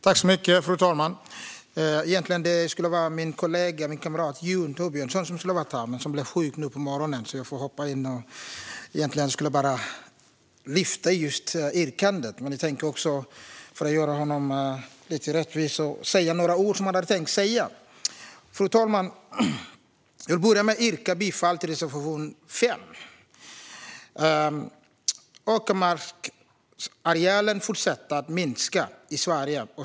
Fru talman! Egentligen skulle min kollega och kamrat Jon Thorbjörnson ha stått här, men han blev sjuk nu på morgonen. Därför får jag hoppa in. Jag skulle egentligen bara framföra vårt yrkande, men för att göra honom lite rättvisa tänkte jag även säga några av de ord som han hade tänkt säga. Fru talman! Jag börjar med att yrka bifall till reservation 5. Åkermarksarealen fortsätter att minska i Sverige.